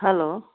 hello